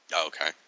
Okay